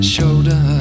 Shoulder